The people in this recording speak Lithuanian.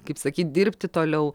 kaip sakyt dirbti toliau